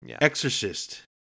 Exorcist